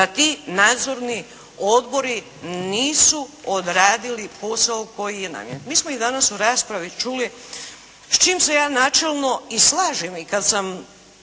da ti nadzorni odbori nisu odradili posao koji je namijenjen. Mi samo i danas u raspravi čuli, s čim se ja načelno i slažem i kad sam